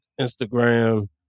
Instagram